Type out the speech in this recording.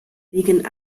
wegen